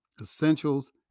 essentials